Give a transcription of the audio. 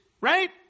Right